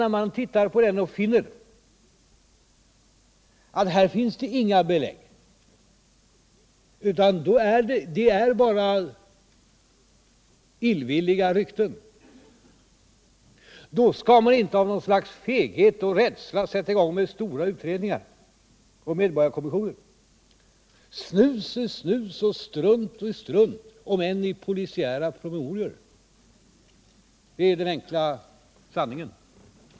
När man då tittar på den och märker att här finns inga belägg, utan det är bara illvilliga rykten, skall man inte av någor slags feghet och rädsla sätta i gång med stora utredningar och medborgarkommissioner. Snus är snus och strunt är strunt, om än i polisiära promemorio: — det är den enkla sanningen.